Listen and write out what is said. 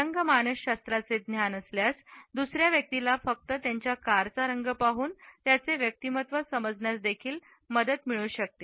रंग मानसशास्त्राचे ज्ञान असल्यास दुसर्या व्यक्तीला फक्त त्यांच्या कारचा रंग पाहून त्याचे व्यक्तिमत्व समजण्यास देखील मदत करू शकते